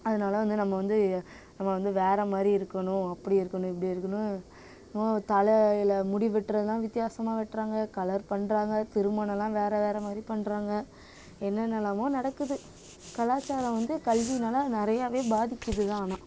அதனால வந்து நம்ம வந்து நம்ம வந்து வேறு மாதிரி இருக்கணும் அப்படி இருக்கணும் இப்படி இருக்கணும் தலையில் முடி வெட்டுறதுலாம் வித்யாசமாக வெட்டுறாங்க கலர் பண்ணுறாங்க திருமணலாம் வேறு வேறு மாதிரி பண்ணுறாங்க என்னென்னலாமோ நடக்குது கலாச்சாரம் வந்து கல்வினால் நிறையாவே பாதிக்குது தான் ஆனால்